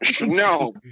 No